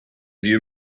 you